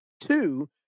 two